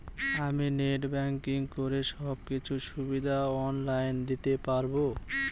আমি net banking করে সব কিছু সুবিধা অন লাইন দিতে পারবো?